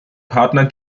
partner